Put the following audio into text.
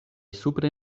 supre